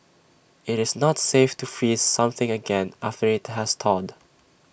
IT is not safe to freeze something again after IT has thawed